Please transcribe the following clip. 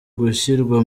gushyirwa